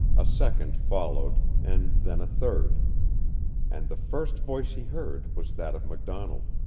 a second followed, and then a third and the first voice he heard was that of macdonald.